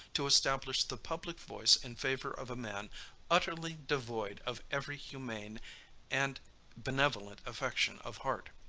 to establish the public voice in favor of a man utterly devoid of every humane and benevolent affection of heart.